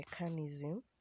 mechanism